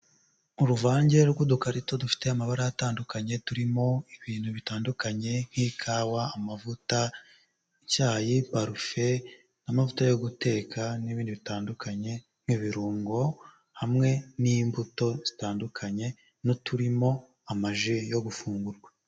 Uruvange rw'udukarito dufite amabara atandukanye turimo ibintu bitandukanye, nk'ikawa, amavuta, icyayi, parufe, amavuta yo guteka n'ibindi bitandukanye, nk'ibirungo hamwe n'imbuto zitandukanye, n'uturimo ama ji yo gufungurwa.